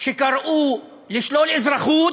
שקראו לשלול אזרחות,